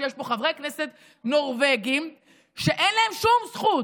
שיש פה חברי כנסת נורבגים שאין להם שום זכות,